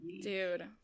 dude